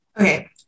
Okay